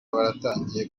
waratangiye